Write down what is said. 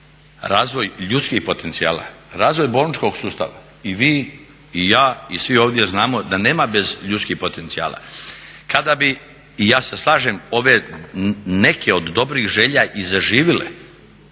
razvoj ljudskih potencijala, razvoj bolničkog sustava. I vi, i ja i svi ovdje znamo da nema bez ljudskih potencijala. Kada bi, i ja se slažem, ove neke od dobrih želja i zaživile